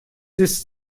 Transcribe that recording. ist